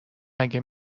مگه